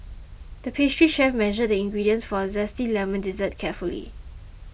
the pastry chef measured the ingredients for a Zesty Lemon Dessert carefully